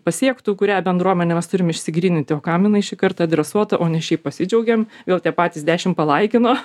pasiektų kurią bendruomenę mes turim išsigryninti o kam jinai šįkart adresuota o ne šiaip pasidžiaugiam vėl tie patys dešimt palaikino